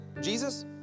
Jesus